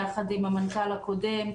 יחד עם המנכ"ל הקודם,